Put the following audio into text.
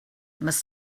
must